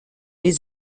les